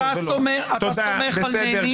אתה סומך על מני,